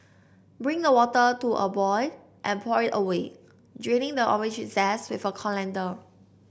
bring the water to a boy and pour it away draining the orange zest with a colander